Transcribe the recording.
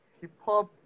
Hip-hop